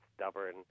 stubborn